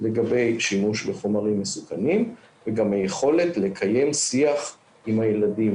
לגבי שימוש בחומרים מסוכנים וגם היכולת לקיים שיח עם הילדים.